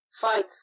fight